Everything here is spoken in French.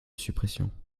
suppression